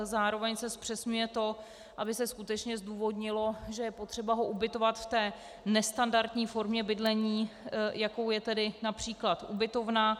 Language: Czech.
Zároveň se zpřesňuje to, aby se skutečně zdůvodnilo, že je potřeba ho ubytovat v té nestandardní formě bydlení, jakou je tedy například ubytovna.